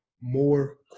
more